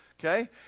Okay